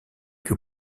que